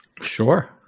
Sure